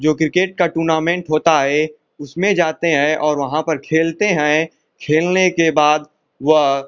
जो किर्केट का टूर्नामेंट होता है उसमें जाते हैं और वहाँ पर खेलते हैं खेलने के बाद वह